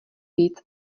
víc